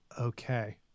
Okay